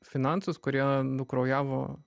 finansus kurie nukraujavo